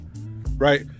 right